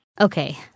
Okay